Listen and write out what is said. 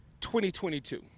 2022